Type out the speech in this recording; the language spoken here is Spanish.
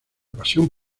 pasión